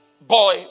boy